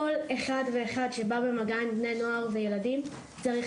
כל אחד ואחד שבא במגע עם בני נוער וילדים צריך